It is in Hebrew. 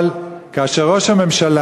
אבל כאשר ראש הממשלה,